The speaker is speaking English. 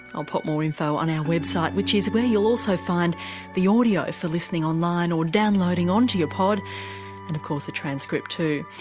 i'll pop more info on our website which is where you'll also find the audio for listening online or downloading onto your pod, and of course a transcript too.